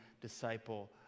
disciple